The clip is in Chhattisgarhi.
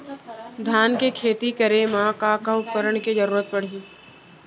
धान के खेती करे मा का का उपकरण के जरूरत पड़हि?